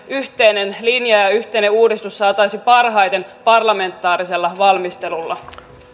yhteinen linja ja yhteinen uudistus saataisi parhaiten parlamentaarisella valmistelulla